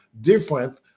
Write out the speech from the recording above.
different